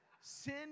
sin